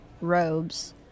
robes